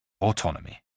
Autonomy